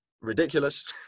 ridiculous